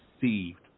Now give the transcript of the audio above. received